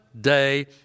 Day